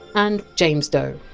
and james doe,